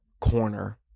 corner